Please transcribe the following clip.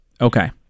Okay